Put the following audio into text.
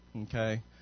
okay